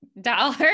dollar